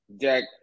Jack